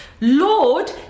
Lord